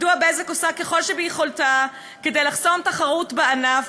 מדוע "בזק" עושה ככל שביכולתה כדי לחסום תחרות בענף?